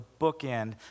bookend